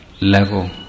level